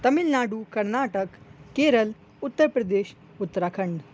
Tamil Nadu Karnataka Kerala Uttar Pradesh Uttarakhand